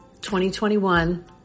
2021